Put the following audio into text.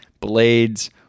blades